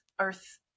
earth